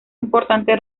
importante